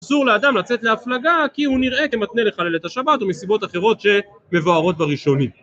אסור לאדם לצאת להפלגה כי הוא נראה כמתנה לך לילת השבת ומסיבות אחרות שמבוהרות בראשונים.